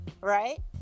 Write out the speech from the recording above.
right